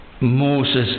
Moses